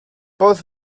both